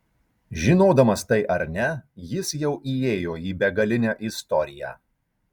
žinodamas tai ar ne jis jau įėjo į begalinę istoriją